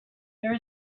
there